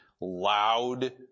loud